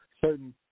certain